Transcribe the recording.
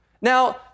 Now